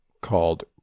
called